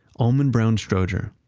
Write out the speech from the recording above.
almon brown strowger,